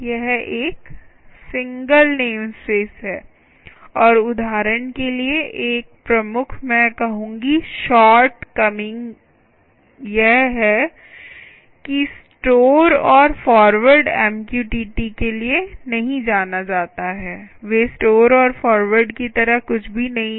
यह एक single namespace है और उदाहरण के लिए एक प्रमुख मैं कहूंगी शार्ट कमिंग यह है कि स्टोर और फॉरवर्ड MQTT के लिए नहीं जाना जाता है वे स्टोर और फॉरवर्ड की तरह कुछ भी नहीं हैं